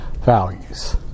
values